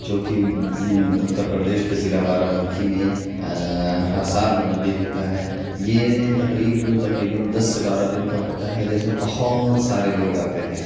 جو کہ اتر پردیش کے ضلع بارہ بنکی میں ہر سال منعقد ہوتا ہے یہ تقریب تقریباً دس سے بارہ دن کا ہوتا ہے جس میں بہت سارے لوگ آتے ہیں